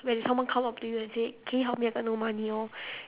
when someone come up to you and say can you help me I got no money all